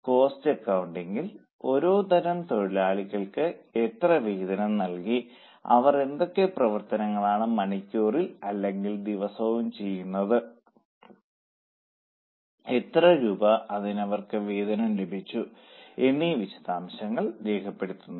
എന്നാൽ കോസ്റ്റ് അകൌണ്ടിംഗിൽ ഓരോ തരം തൊഴിലാളികൾക്ക് എത്ര വേതനം നൽകി അവർ എന്തൊക്കെ പ്രവർത്തനങ്ങളാണ് മണിക്കൂറിൽ അല്ലെങ്കിൽ ദിവസവും ചെയ്യുന്നത് എത്ര രൂപ അതിന് അവർക്ക് വേദനം ലഭിച്ചു എന്നീ വിശദാംശങ്ങൾ രേഖപ്പെടുത്തുന്നു